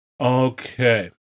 Okay